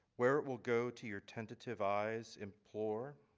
where it will go to your tentative eyes implore.